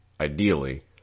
ideally